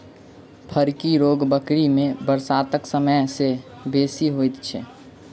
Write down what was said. फड़की रोग बकरी मे बरसातक समय मे बेसी होइत छै